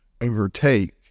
overtake